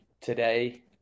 today